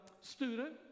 student